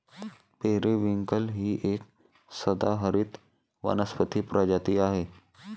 periwinkle ही एक सदाहरित वनस्पती प्रजाती आहे